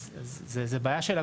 אז זו בעיה של הבנק.